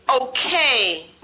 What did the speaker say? okay